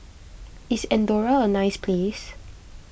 is andorra a nice place